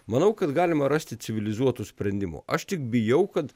manau kad galima rasti civilizuotų sprendimų aš tik bijau kad